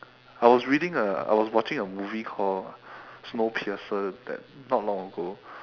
I was reading a I was watching a movie called snowpiercer that not long ago